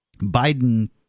Biden